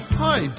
hi